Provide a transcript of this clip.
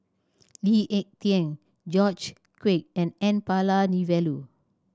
Lee Ek Tieng George Quek and N Palanivelu